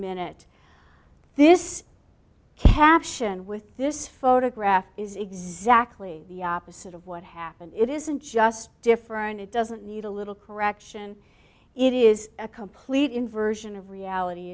minute this caption with this photograph is exactly the opposite of what happened it isn't just different it doesn't need a little correction it is a complete inversion of reality